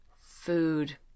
food